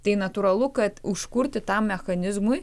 tai natūralu kad užkurti tam mechanizmui